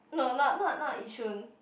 no not not not Yishun